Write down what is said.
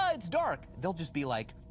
ah it's dark! they'll just be like,